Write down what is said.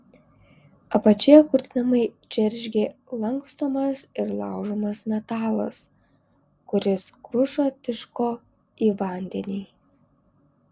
apačioje kurtinamai džeržgė lankstomas ir laužomas metalas kuris kruša tiško į vandenį